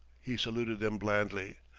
he saluted them blandly.